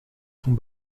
sont